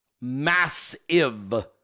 massive